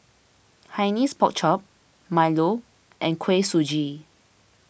Hainanese Pork Chop Milo and Kuih Suji